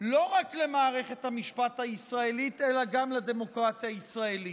לא רק למערכת המשפט הישראלית אלא גם לדמוקרטיה הישראלית.